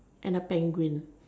and a penguin